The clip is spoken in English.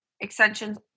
extensions